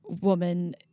woman